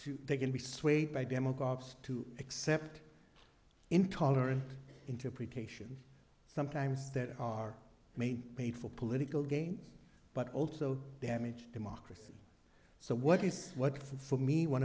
too they can be swayed by demagogues to accept intolerant interpretation sometimes that are made paid for political gain but also damage democracy so what is what for me one